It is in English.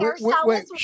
wait